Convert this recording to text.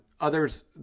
Others